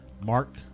Mark